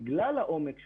בגלל העומק שלו,